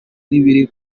n’ibiri